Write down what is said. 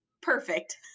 perfect